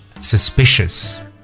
suspicious